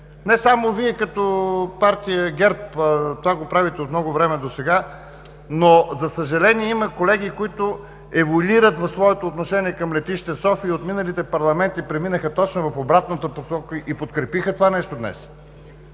не само Вие като партия ГЕРБ, това го правите от много време досега. За съжаление, има колеги, които еволюират в своето отношение към Летище София и от миналите парламенти преминаха точно в обратното и подкрепиха това нещо днес.